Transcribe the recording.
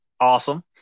Awesome